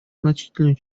значительную